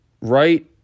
right